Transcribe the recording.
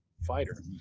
fighter